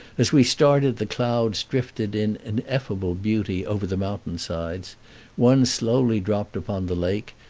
as we started, the clouds drifted in ineffable beauty over the mountain-sides one slowly dropped upon the lake,